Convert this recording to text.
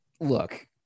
look